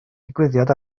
digwyddiad